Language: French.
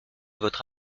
votre